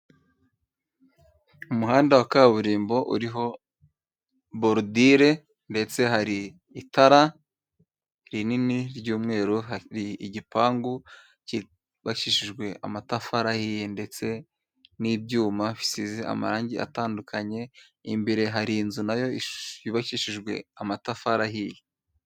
Umuhanda wa kaburimbo uriho borudire ndetse hari itara rinini ry'umweru, hari igipangu cyubakishijwe amatafari ahiye ndetse n'ibyuma bisize amarangi atandukanye, imbere hari inzu nayo yubakishijwe amatafari ahiye.